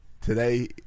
today